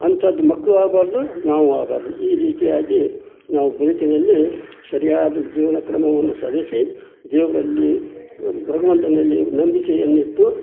ಅಂಥದ್ ಮಕ್ಕಳು ಆಗ್ಬಾರ್ದು ನಾವು ಆಗ್ಬಾರ್ದು ಈ ರೀತಿಯಾಗಿ ನಾವು ಬದುಕಿನಲ್ಲಿ ಸರಿಯಾದ ಜೀವನ ಕ್ರಮವನ್ನು ಸವೆಸಿ ದೇವರಲ್ಲಿ ಭಗವಂತನಲ್ಲಿ ನಂಬಿಕೆಯನ್ನಿಟ್ಟು